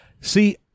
See